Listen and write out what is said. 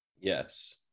Yes